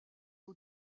aux